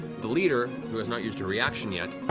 the leader, who has not used her reaction yet,